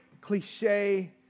cliche